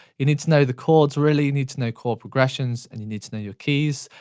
you need to know the chords really, you need to know chord progressions, and you need to know your keys,